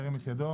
ירים את ידו.